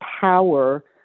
power